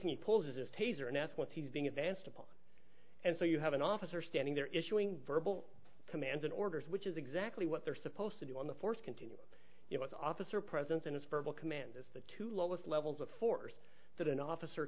what he's being advanced upon and so you have an officer standing there issuing verbal commands and orders which is exactly what they're supposed to do on the force continuum you know it's officer presence and it's verbal command is the two lowest levels of force that an officer